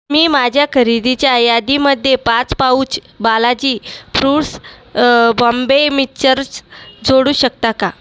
मी माझ्या खरेदीच्या यादीमध्ये पाच pouch Balaji fruits Bombay mixtures जोडू शकता का